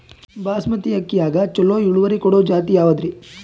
ಬಾಸಮತಿ ಅಕ್ಕಿಯಾಗ ಚಲೋ ಇಳುವರಿ ಕೊಡೊ ಜಾತಿ ಯಾವಾದ್ರಿ?